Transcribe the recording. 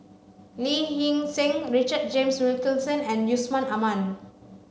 Lee Hee Seng Richard James Wilkinson and Yusman Aman